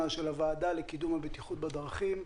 של הוועדה לקידום הבטיחות בדרכים.